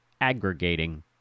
aggregating